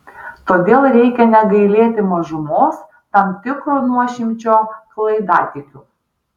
todėl reikia negailėti mažumos tam tikro nuošimčio klaidatikių